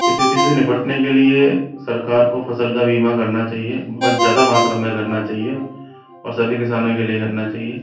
इस स्थिति से निपटने के लिए सरकार को फसल का बीमा करना चाहिए बहुत ज़्यादा मात्रा में करना चाहिए और सभी किसानों के लिए करना चाहिए